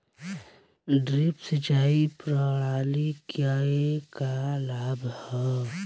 Drip सिंचाई प्रणाली के का लाभ ह?